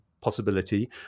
possibility